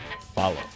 Follow